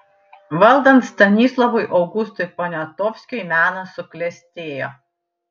valdant stanislovui augustui poniatovskiui menas suklestėjo